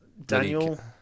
Daniel